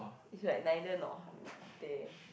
it's like neither nor there